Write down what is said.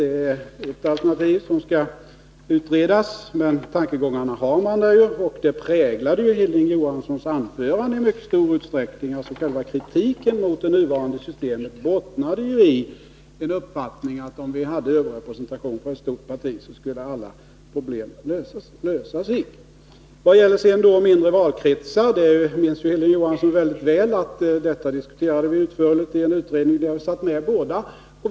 Tankegången i reservationen var dock att detta är ett alternativ som skall utredas, och det präglade Hilding Johanssons anförande i mycket stor utsträckning. Kritiken mot det nuvarande systemet mynnade ut i att om man hade överrepresentation för ett stort parti, skulle alla problem lösa sig. Vad sedan gäller frågan om mindre valkretsar minns Hilding Johansson mycket väl att den frågan diskuterades i en utredning där vi båda satt med.